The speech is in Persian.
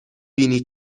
بینی